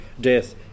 death